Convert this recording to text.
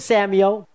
Samuel